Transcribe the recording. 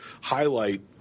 highlight